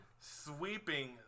Sweeping